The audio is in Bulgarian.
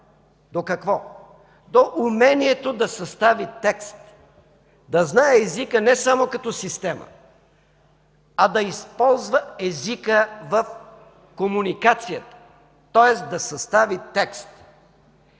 До какво? До умението да състави текст, да знае езика не само като система, а да използва езика в комуникацията, тоест да състави текст.